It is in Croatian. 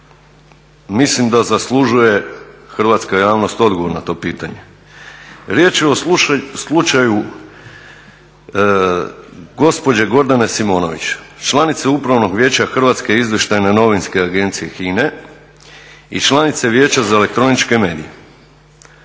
mislim da zaslužuje hrvatska javnost odgovor na to pitanje. Riječ je o slučaju gospođe Gordane Simonović, članice Upravnog vijeća Hrvatske izvještajne novinske agencije HINA-e i članice Vijeća za elektroničke medije.